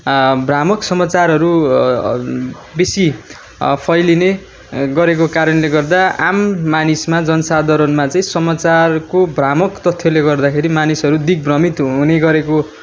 भ्रामक समाचारहरू बेसी फैलिने गरेको कारणले गर्दा आम मानिसमा जनसाधारणमा चाहिँ समाचारको भ्रामक तथ्यले गर्दाखेरि मानिसहरू दिग्भ्रमित हुने गरेको